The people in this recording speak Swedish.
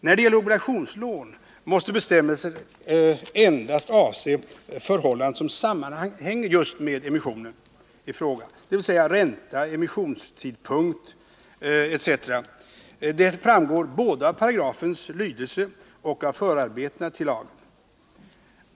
När det gäller obligationslån måste bestämmelsen avse förhållanden som sammanhänger just med emissionen i fråga, dvs. ränta, emissionstidpunkt etc. Detta framgår både av paragrafens lydelse och av förarbetena till lagen.